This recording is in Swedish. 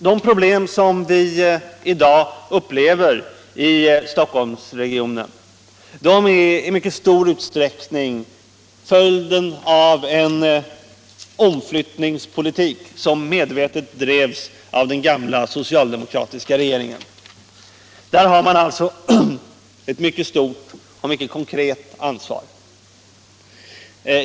De problem som vi i dag upplever i Stockholmsregionen är i mycket stor utsträckning följden av en omflyttningspolitik som medvetet drevs av den gamla socialdemokratiska regeringen. Där har den alltså ett mycket stort och mycket konkret ansvar.